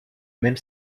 même